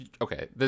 Okay